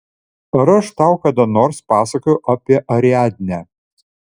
ar aš tau kada nors pasakojau apie ariadnę